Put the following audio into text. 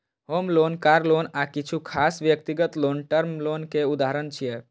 होम loan, car loan आ किछु खास व्यक्तिगत लोन टर्म लोन के उदाहरण छियै